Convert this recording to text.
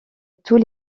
tous